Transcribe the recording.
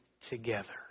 together